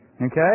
Okay